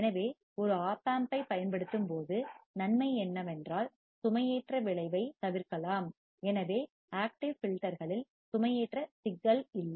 எனவே ஒரு ஒப் ஆம்பைப் பயன்படுத்தும்போது நன்மை என்னவென்றால் சுமையேற்ற விளைவைத் தவிர்க்கலாம் எனவே ஆக்டிவ் ஃபில்டர்களில் சுமையேற்ற சிக்கல் இல்லை